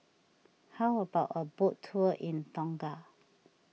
how about a boat tour in Tonga